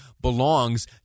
belongs